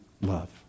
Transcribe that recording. love